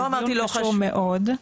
הוא דיון קשור מאוד,